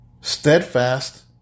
Steadfast